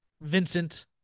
Vincent